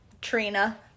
Trina